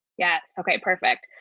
yes, okay, perfect.